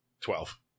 twelve